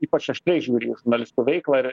ypač aštriai žiūri į žurnalistų veiklą ir